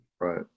Right